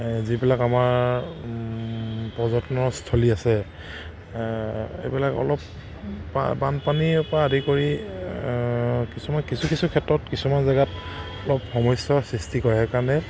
যিবিলাক আমাৰ পৰ্যটনৰ স্থলী আছে এইবিলাক অলপ পা বানপানীৰে পৰা আদি কৰি কিছুমান কিছু কিছু ক্ষেত্ৰত কিছুমান জেগাত অলপ সমস্যাৰ সৃষ্টি কৰে সেইকাৰণে